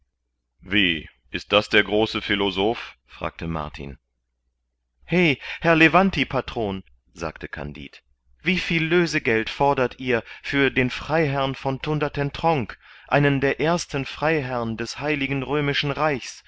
wie ist das der große philosoph fragte martin he herr levantipatron sagte kandid wie viel lösegeld fordert ihr für den freiherrn von thundertentronckh einen der ersten freiherrn des heiligen römischen reichs